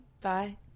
Bye